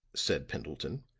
said pendleton,